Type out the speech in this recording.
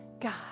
God